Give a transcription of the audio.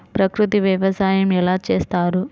ప్రకృతి వ్యవసాయం ఎలా చేస్తారు?